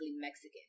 Mexican